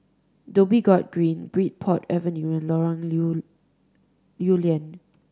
Dhoby Ghaut Green Bridport Avenue and Lorong Lew Lew Lian